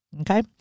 Okay